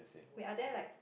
wait are there like